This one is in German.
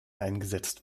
eingesetzt